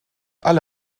alle